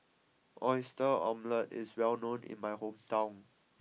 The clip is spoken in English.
Oyster Omelette is well known in my hometown